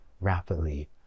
rapidly